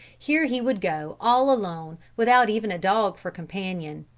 here he would go all alone without even a dog for companion,